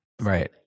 Right